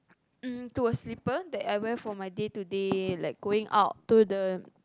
um to a slipper that I wear for my day to day like going out to the